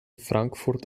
frankfurt